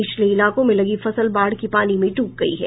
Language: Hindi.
निचले इलाकों में लगी फसल बाढ़ की पानी में ड्रब गयी है